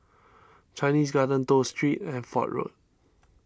Chinese Garden Toh Street and Fort Road